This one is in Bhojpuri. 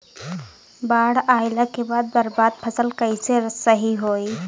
बाढ़ आइला के बाद बर्बाद फसल कैसे सही होयी?